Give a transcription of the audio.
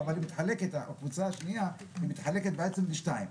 --- הקבוצה השנייה מתחלקת בעצם לשתיים,